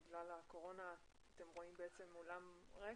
בגלל הקורונה אתם רואים אולם ריק,